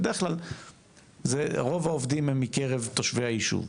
בדרך כלל רוב העובדים הם מקרב תושבי הישוב,